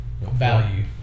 Value